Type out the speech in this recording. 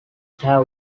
have